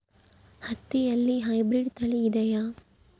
ಹತ್ತಿಯಲ್ಲಿ ಹೈಬ್ರಿಡ್ ತಳಿ ಇದೆಯೇ?